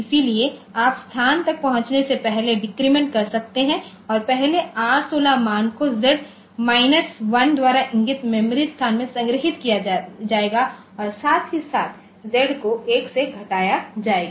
इसलिए आप स्थान तक पहुँचने से पहले डेक्रेमेंट कर सकते हैं और पहले R16 मान को Z माइनस 1 द्वारा इंगित मेमोरी स्थान में संग्रहीत किया जाएगा और साथ ही साथ Z को 1 से घटाया जाएगा